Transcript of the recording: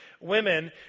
women